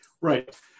right